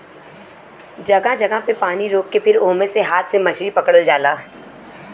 जगह जगह पे पानी रोक के फिर ओमे से हाथ से मछरी पकड़ल जाला